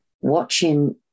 Watching